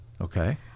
Okay